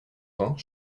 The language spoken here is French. vingt